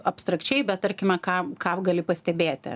abstrakčiai bet tarkime kam kam gali pastebėti